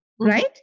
right